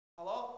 Hello